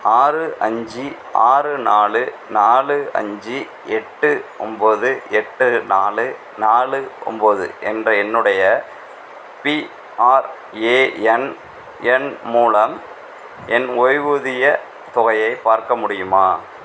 ஆறு அஞ்சு ஆறு நாலு நாலு அஞ்சு எட்டு ஒன்போது எட்டு நாலு நாலு ஒன்போது என்ற என்னுடைய பிஆர்ஏஎன் எண் மூலம் என் ஓய்வூதியத் தொகையை பார்க்க முடியுமா